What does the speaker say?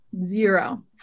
zero